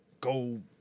go